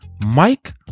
Mike